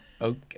okay